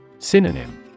Synonym